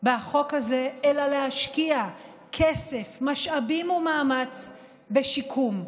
בחוק הזה אלא להשקיע כסף, משאבים ומאמץ בשיקום.